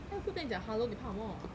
她又不跟你讲 hello 你怕什么